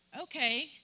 okay